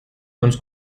ganz